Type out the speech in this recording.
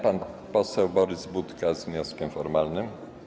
Pan poseł Borys Budka z wnioskiem formalnym.